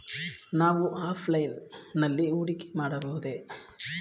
ನಾವು ಆಫ್ಲೈನ್ ನಲ್ಲಿ ಹೂಡಿಕೆ ಮಾಡಬಹುದೇ?